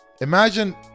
imagine